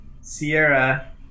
Sierra